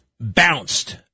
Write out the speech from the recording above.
bounced